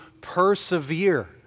persevere